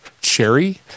cherry